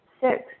Six